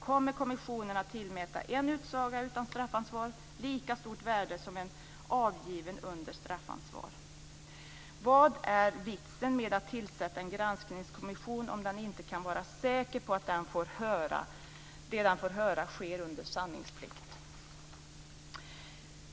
Kommer kommissionen att tillmäta en utsaga utan straffansvar lika stort värde som en utsaga avgiven under straffansvar? Vad är vitsen med att tillsätta en granskningskommission om den inte kan vara säker på att det som den får höra sägs under sanningsplikt?